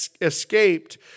escaped